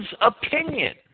opinion